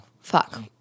fuck